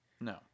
No